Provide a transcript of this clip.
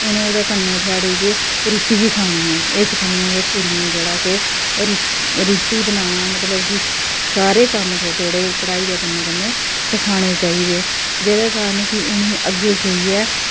उ'नें ओह्दे कन्नै थुआढ़ी कि रुटी बी खानी ऐ इस कन्नै गै कुड़ियें गी जेह्ड़ा कि रुट्टी बनाना मतलब कि सारे कम्म थोह्डे़ थोह्डे़ पढाई दे कन्नै कन्नै सखाने चाहिदे एह्दे कारण गै उ'नें अग्गें जाइयै